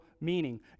meaning